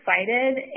excited